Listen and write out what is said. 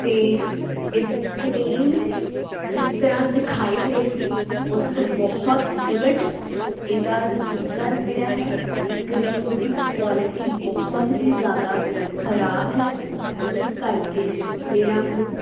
ਅਤੇ ਇਹ ਕ੍ਰੀਮ ਜਿਸ ਤਰ੍ਹਾਂ ਦਿਖਾਈ ਗਈ ਸੀ ਉਸ ਤੋਂ ਬਹੁਤ ਉਲਟ ਇਹਦਾ ਨਤੀਜਾ ਨਿਕਲਿਆ ਹੈ ਕ੍ਰੀਮ ਦੀ ਕੁਆਲਿਟੀ ਬਹੁਤ ਹੀ ਜ਼ਿਆਦਾ ਖਰਾਬ ਹੈ ਜਿਸ ਕਰਕੇ ਮੇਰਾ ਮੂੰਹ